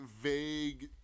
vague